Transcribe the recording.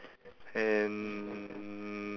and